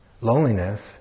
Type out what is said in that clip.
loneliness